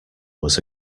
was